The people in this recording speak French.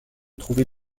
trouver